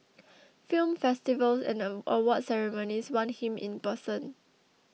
film festivals and awards ceremonies want him in person